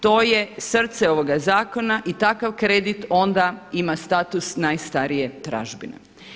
To je srce ovoga zakona i takav kredit onda ima status najstarije tražbine.